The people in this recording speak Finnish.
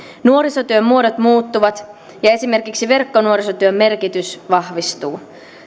nuorisotyön muodot muuttuvat ja esimerkiksi verkkonuorisotyön merkitys vahvistuu